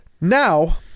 Now